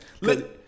Look